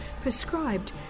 prescribed